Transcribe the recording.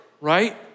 right